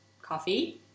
coffee